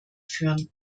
führen